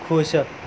ਖੁਸ਼